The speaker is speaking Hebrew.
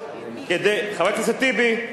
חבר הכנסת טיבי.